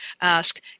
ask